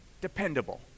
dependable